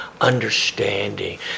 understanding